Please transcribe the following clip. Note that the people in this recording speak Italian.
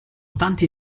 tanti